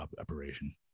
operation